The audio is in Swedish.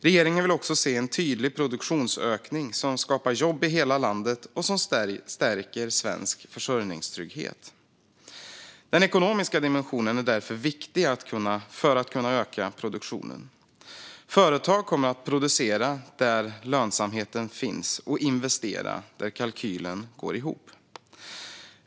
Regeringen vill också se en tydlig produktionsökning som skapar jobb i hela landet och som stärker svensk försörjningstrygghet. Den ekonomiska dimensionen är därför viktig för att kunna öka produktionen. Företag kommer att producera där lönsamheten finns och investera där kalkylen går ihop.